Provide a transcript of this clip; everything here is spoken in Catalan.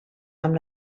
amb